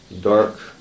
dark